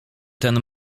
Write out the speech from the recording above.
ten